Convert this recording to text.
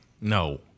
No